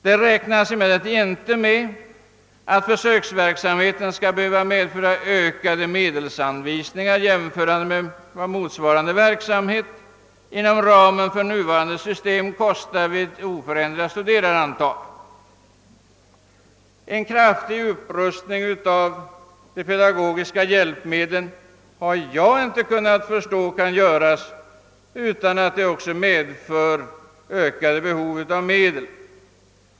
Det räknas emellertid inte med att försöksverksamheten skall behöva medföra ökade medelsanvisningar i jämförelse med vad motsvarande. verksamhet inom ramen för nuvarande system kostar vid oförändrat studerandeantal. En kraftig upprustning av de pedagogiska hjälpmedlen kan såvitt jag förstår inte göras utan att den också medför ökade behov av medel.